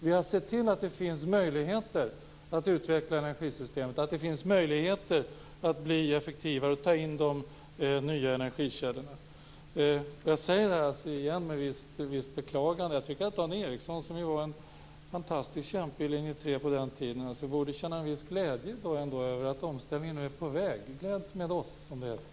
Vi har sett till att det finns möjligheter att utveckla energisystemet och att det finns möjligheter att bli effektivare och ta in de nya energikällorna. Jag säger igen med visst beklagande: Dan Ericsson, som var en sådan fantastisk kämpe i linje 3 på den tiden, borde känna en viss glädje över att omställningen nu är på väg. Gläds med oss, som det heter!